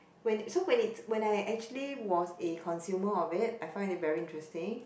when so when it when I actually was a consumer of it I find it very interesting